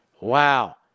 Wow